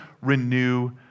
renew